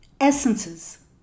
essences